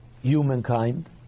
humankind